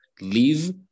leave